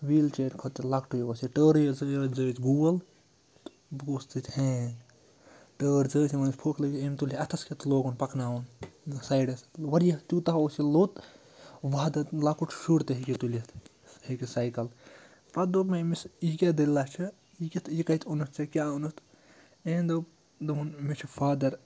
ویٖل چیرٕ کھۄتہٕ تہِ لۄکٹُے اوس یہِ ٹٲرٕے یٲژ گول بہٕ گوس تٔتۍ ہینٛگ ٹٲر زٕ أسۍ یِم أسۍ پھوٚکھ لٔگِتھ أمۍ تُلہِ اَتھَس کٮ۪تھ تہٕ لوگُن پَکناوُن سایڈَس واریاہ تیوٗتاہ اوس یہِ لوٚت وہدَتھ لۄکُٹ شُر تہِ ہیٚکہِ تُلِتھ ہیٚکہِ سایکَل پَتہٕ دوٚپ مےٚ أمِس یہِ کیٛاہ دٔلِلہ چھُ یہِ کتھ یہِ کَتہِ اوٚنُتھ ژےٚ کیٛاہ اوٚنُتھ أمۍ دوٚپ دوٚپُن مےٚ چھُ فادَر